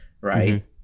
right